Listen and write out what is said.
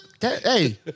Hey